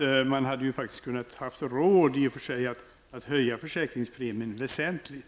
Man hade i och för sig haft råd att höja försäkringspremien väsentligt.